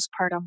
postpartum